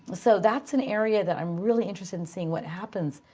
so that's an area that i'm really interested in seeing what happens,